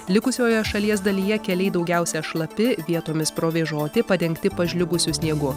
likusioje šalies dalyje keliai daugiausiai šlapi vietomis provėžoti padengti pažliugusiu sniegu